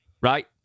right